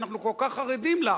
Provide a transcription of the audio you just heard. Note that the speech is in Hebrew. שאנחנו כל כך חרדים לה,